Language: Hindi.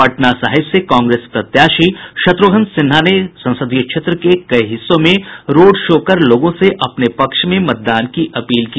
पटना साहिब से कांग्रेस प्रत्याशी शत्र्घ्न सिन्हा ने संसदीय क्षेत्र के कई हिस्सों में रोड शो कर लोगों से अपने पक्ष में मतदान की अपील की